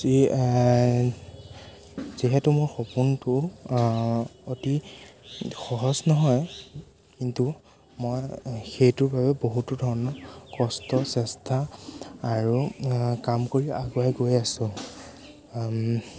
যি যিহেতু মোৰ সপোনটো অতি সহজ নহয় কিন্তু মই সেইটোৰ বাবে বহুতো ধৰণৰ কষ্ট চেষ্টা আৰু কাম কৰি আগুৱাই গৈ আছোঁ